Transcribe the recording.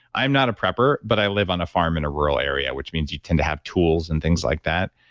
i'm not a prepper, but i live on a farm in a rural area, which means you tend to have tools and things like that.